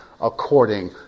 according